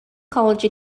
college